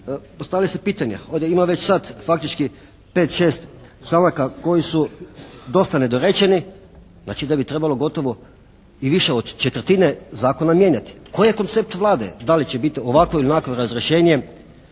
postavljaju se pitanja. Ovdje ima već sad faktički 5, 6 stavaka koji su dosta nedorečeni. Znači da bi trebalo gotovo i više od četvrtine zakona mijenjati. Koji je koncept Vlade? Da li će biti ovakvo ili onakvo razrješenje,